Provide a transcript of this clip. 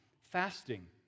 fasting